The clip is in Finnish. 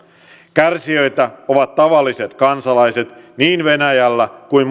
kärsijöitä ovat tavalliset kansalaiset niin venäjällä kuin